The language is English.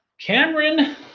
Cameron